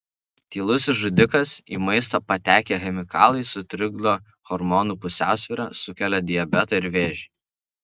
tylusis žudikas į maistą patekę chemikalai sutrikdo hormonų pusiausvyrą sukelia diabetą ir vėžį